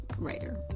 writer